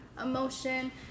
emotion